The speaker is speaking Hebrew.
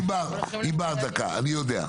ענבר דקה, אני יודע.